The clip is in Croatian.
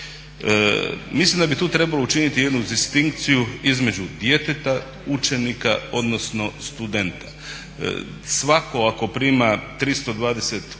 Mislim da bi tu trebalo učiniti jednu …/Govornik se ne razumije./… između djeteta, učenika, odnosno studenta. Svatko ako prima 320 kuna